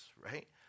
right